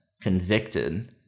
convicted